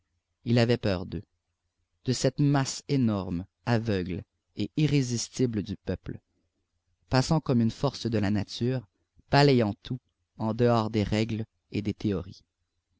il avait peur d'eux de cette masse énorme aveugle et irrésistible du peuple passant comme une force de la nature balayant tout en dehors des règles et des théories